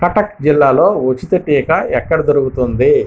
కటక్ జిల్లాలో ఉచిత టీకా ఎక్కడ దొరుకుతుంది